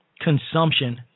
consumption